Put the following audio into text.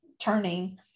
turning